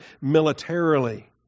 militarily